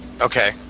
Okay